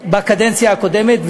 בקדנציה הקודמת,